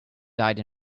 died